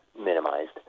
minimized